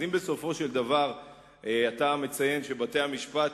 ואם בסופו של דבר אתה מציין שבתי-המשפט